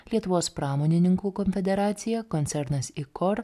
lietuvos pramonininkų konfederacija koncernas icor